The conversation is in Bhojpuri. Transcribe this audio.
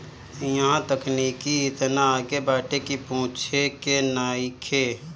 इहां तकनीकी एतना आगे बाटे की पूछे के नइखे